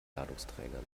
ladungsträgern